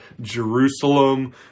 Jerusalem